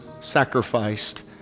sacrificed